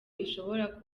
ishobora